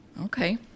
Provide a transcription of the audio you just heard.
Okay